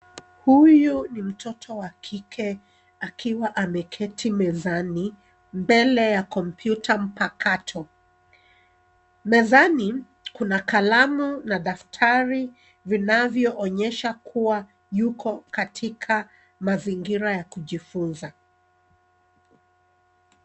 Huyu ni mtoto wa kike akiwa ameketi mezani mbele ya kompyuta mpakato. Mezani kuna kalamu na daftari vinavyoonyesha kuwa yuko katika mazingira ya kujifunza.